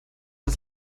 das